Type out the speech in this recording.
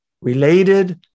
Related